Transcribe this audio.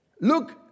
Look